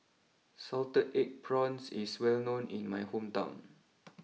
Salted Egg Prawns is well known in my hometown